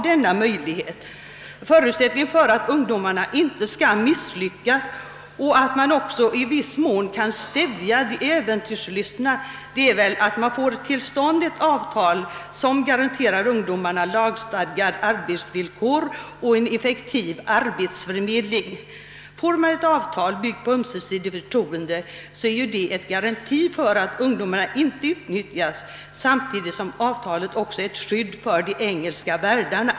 Men förutsättningen för att ungdomarna inte skall misslyckas och för att man också i viss mån skall kunna stävja de äventyrslystna är väl att man får till stånd ett avtal som garanterar ungdomarna lagstadgade arbetsvillkor och en effektiv arbetsförmedling. Får man ett avtal byggt på ömsesidigt förtroende så är det en garanti för att ungdomarna inte utnyttjas, samtidigt som avtalet också är ett skydd för de engelska värdarna.